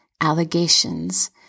allegations